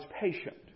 patient